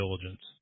diligence